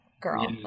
girl